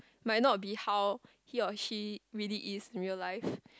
might not be how he or she really is in real life